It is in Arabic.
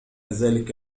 ذلك